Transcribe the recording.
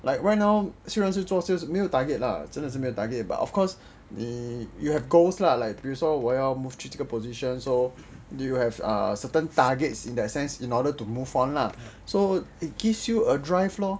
like right now 虽然是做 sales 没有 target lah 真的是没有 target but of course 你有 have goals lah like 比如说我要 move 去这个 position so you have a certain targets in that sense in order to move on lah so it gives you a drive lor